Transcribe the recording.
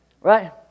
Right